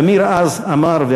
שמיר אז אמר: